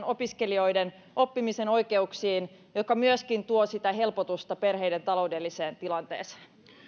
opiskelijoiden oppimisen oikeuksiin mikä myöskin tuo sitä helpotusta perheiden taloudelliseen tilanteeseen